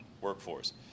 workforce